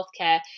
healthcare